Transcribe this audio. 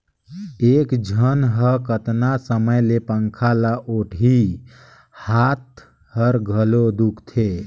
एक झन ह कतना समय ले पंखा ल ओटही, हात हर घलो दुखते